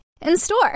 In-store